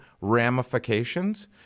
ramifications